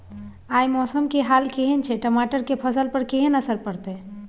आय मौसम के हाल केहन छै टमाटर के फसल पर केहन असर परतै?